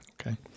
okay